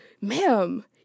ma'am